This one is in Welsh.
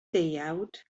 deuawd